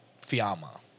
Fiamma